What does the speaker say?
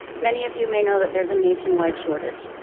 many of you may know that there's a nationwide shortage.